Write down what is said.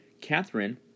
Catherine